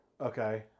Okay